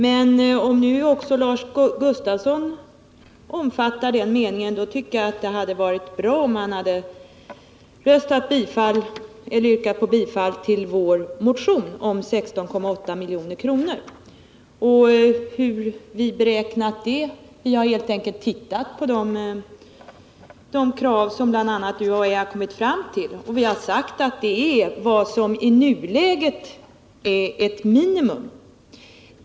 Men om nu också Lars Gustafsson omfattar den meningen hade det varit bra om han yrkat bifall till vår motion om ett anslag på 16,8 milj.kr. Det beloppet har vi beräknat helt enkelt genom att titta på de krav som bl.a. UHÄ kommit fram till och sagt att det är vad som i nuläget är ett minimum.